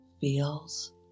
feels